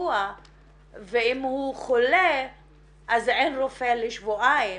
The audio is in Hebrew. בשבוע ואם הוא חולה אז אין רופא לשבועיים.